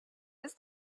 ist